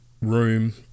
room